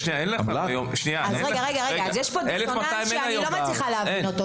יש פה דיסוננס שאני לא מבינה אותו.